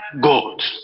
god